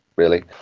really.